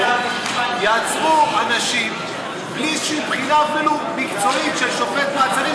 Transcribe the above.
יעצרו אנשים אפילו בלי בחינה מקצועית של שופט מעצרים,